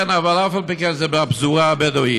כן, ואף על פי כן זה בפזורה הבדואית.